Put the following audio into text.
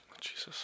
Jesus